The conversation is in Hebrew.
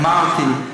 אמרתי,